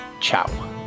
Ciao